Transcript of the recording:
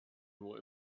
nur